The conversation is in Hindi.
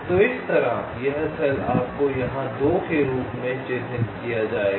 तो इस तरह यह सेल आपको यहाँ 2 के रूप में चिह्नित किया जाएगा